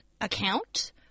account